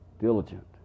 diligent